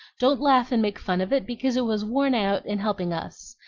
don't laugh and make fun of it, because it was worn out in helping us.